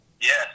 Yes